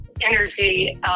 energy